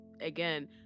again